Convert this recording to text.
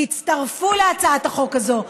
תצטרפו להצעת החוק הזאת,